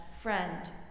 Friend